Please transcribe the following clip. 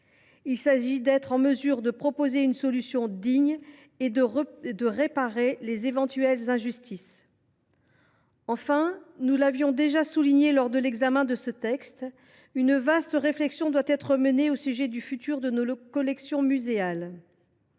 Il s’agit d’être en mesure de proposer une solution digne et de réparer les éventuelles injustices. Enfin, nous l’avions déjà souligné lors de l’examen de ce texte, une vaste réflexion doit être menée au sujet de l’avenir de nos collections muséales.